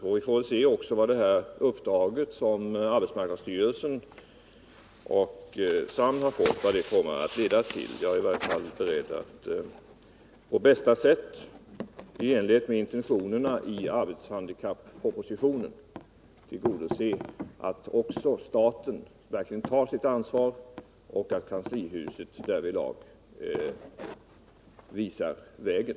Sedan får vi väl se vad arbetet med det uppdrag som arbetsmarknadsstyrelsen och statens arbetsmarknadsnämnd har kan leda till. Jag är i varje fall beredd att på bästa sätt och i enlighet med intentionerna i arbetshandikappspropositionen se till att även staten tar sitt ansvar och att kanslihuset därvidlag visar vägen.